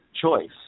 choice